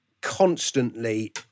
constantly